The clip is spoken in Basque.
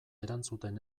erantzuten